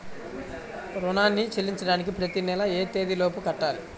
రుణాన్ని చెల్లించడానికి ప్రతి నెల ఏ తేదీ లోపు కట్టాలి?